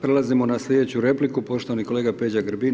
Prelazimo na sljedeću repliku poštovani kolega Peđa Grbin.